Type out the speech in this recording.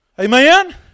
Amen